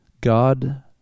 God